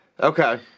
Okay